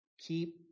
keep